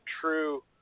true –